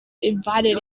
invited